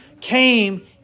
came